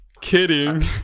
kidding